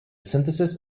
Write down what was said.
synthesis